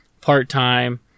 part-time